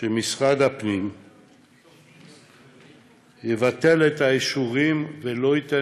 שמשרד הפנים יבטל את האישורים ולא ייתן